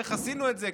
איך עשינו את זה,